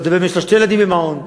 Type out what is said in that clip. אם יש לה שני ילדים במעון.